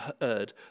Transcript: heard